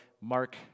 Mark